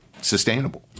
sustainable